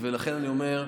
לכן אני אומר,